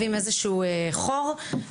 להפך.